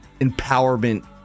empowerment